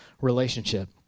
relationship